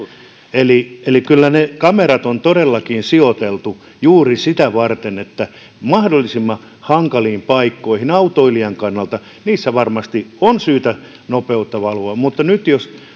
eli eli kyllä ne kamerat on todellakin sijoiteltu juuri sitä varten että mahdollisimman hankalissa paikoissa autoilijan kannalta varmasti on syytä nopeutta valvoa mutta nyt jos